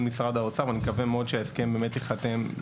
משרד האוצר ואני מקווה מאוד שההסכם באמת ייחתם.